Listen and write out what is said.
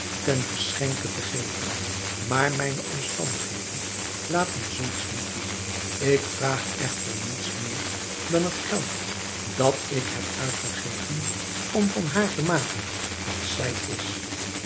ten geschenke te geven maar mijne omstandigheden laten zulks niet toe ik vraag echter niets meer dan het geld dat ik heb uitgegeven om van haar te maken wat zij is